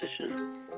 position